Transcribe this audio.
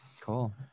Cool